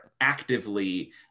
actively